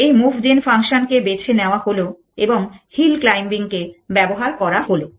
এই move gen function কে বেছে নেওয়া হলো এবং হিল ক্লাইম্বিং কে ব্যবহার করা হলো